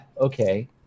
Okay